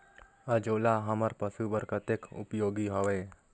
अंजोला हमर पशु बर कतेक उपयोगी हवे?